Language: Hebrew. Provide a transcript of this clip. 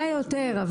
היה יותר.